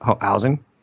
housing